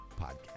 podcast